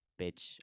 Bitch